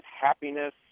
happiness